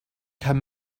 can